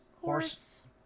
Horse